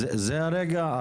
זה הרגע?